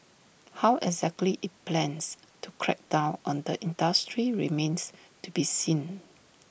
how exactly IT plans to crack down on the industry remains to be seen